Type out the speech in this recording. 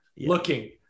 looking